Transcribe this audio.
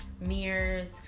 mirrors